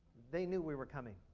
they knew we were coming.